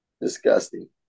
Disgusting